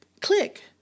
click